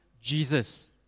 Jesus